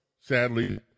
sadly